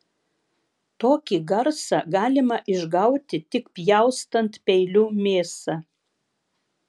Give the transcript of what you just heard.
tokį garsą galima išgauti tik pjaustant peiliu mėsą